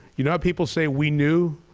you know how people say we knew?